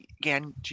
again